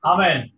Amen